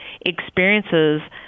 experiences